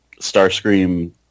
Starscream